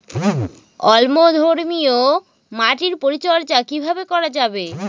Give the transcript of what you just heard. অম্লধর্মীয় মাটির পরিচর্যা কিভাবে করা যাবে?